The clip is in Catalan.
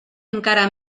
encara